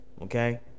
Okay